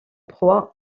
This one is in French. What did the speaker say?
proie